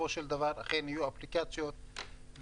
שבסופו של דבר אכן יהיו אפליקציות והשימוש